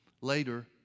later